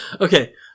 Okay